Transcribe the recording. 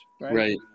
right